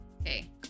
okay